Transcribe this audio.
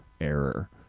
error